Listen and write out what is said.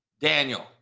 Daniel